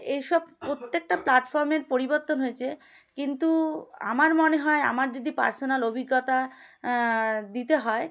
এইসব প্রত্যেকটা প্ল্যাটফর্মের পরিবর্তন হয়েছে কিন্তু আমার মনে হয় আমার যদি পার্সোনাল অভিজ্ঞতা দিতে হয়